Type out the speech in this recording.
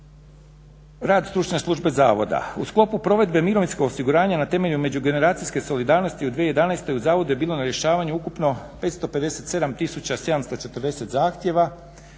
Rad Stručne službe zavoda. U sklopu provedbe mirovinskog osiguranja na temelju međugeneracijske solidarnosti u 2011. u zavodu je bilo na rješavanju ukupno 557740 zahtjeva